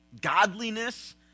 godliness